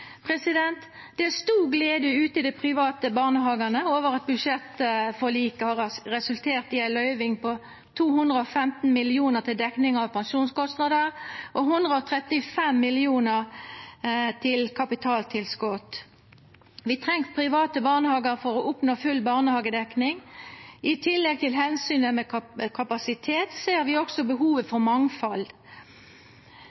Det er stor glede ute i dei private barnehagane over at budsjettforliket har resultert i ei løyving på 215 mill. kr til dekning av pensjonskostnader og 135 mill. kr til kapitaltilskot. Vi treng private barnehagar for å oppnå full barnehagedekning. I tillegg til omsynet til kapasitet ser vi også behovet